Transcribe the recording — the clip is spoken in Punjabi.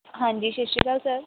ਹਾਂਜੀ ਸਤਿ ਸ਼੍ਰੀ ਅਕਾਲ ਸਰ